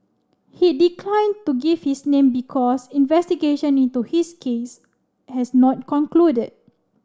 he declined to give his name because investigation into his case has not concluded